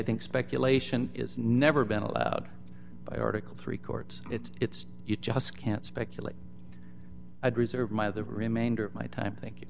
think speculation is never been allowed by article three courts it's it's you just can't speculate i'd reserve my the remainder of my time thank you